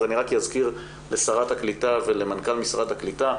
אז אני רק אזכיר לשרת הקליטה ולמנכ"ל משרד הקליטה,